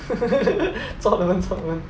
错的人错的人